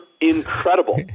incredible